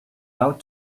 out